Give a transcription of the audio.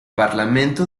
parlamento